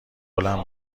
بلند